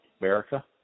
America